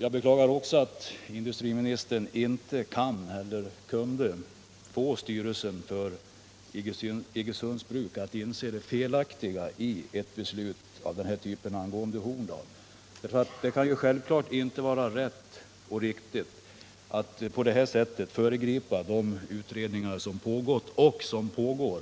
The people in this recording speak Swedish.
Jag beklagar också att industriministern inte kan eller kunde få styrelsen för Iggesunds Bruk att inse det felaktiga i ett beslut av den här typen angående Horndal. Det kan självfallet inte vara rätt och riktigt att på det här sättet föregripa de utredningar som pågått och som pågår